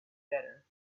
better